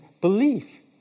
belief